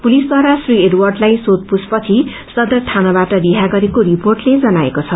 पुलिसद्वारा श्री एडवर्डलाई सोषपूछ पछि सदर यानाबाट हिरा गरेको रिपोर्टले जनाएको छ